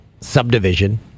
subdivision